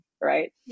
right